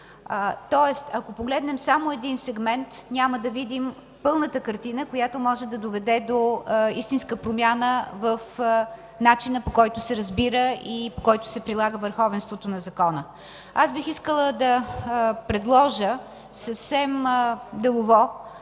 Тоест ако погледнем само един сегмент, няма да видим пълната картина, която може да доведе до истинска промяна в начина, по който се разбира и по който се прилага върховенството на закона. Бих искала да предложа съвсем делово